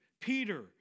Peter